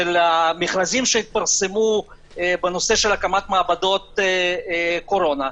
המכרזים שהתפרסמו בנושא של הקמת מעבדות קורונה,